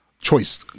choice